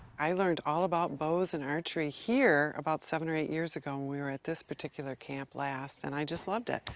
i learned all about bows and archery here, about seven or eight years ago and we were at this particular camp last and i just loved it.